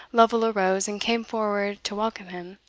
lovel arose and came forward to welcome him.